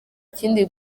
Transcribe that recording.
kindi